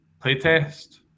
Playtest